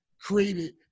created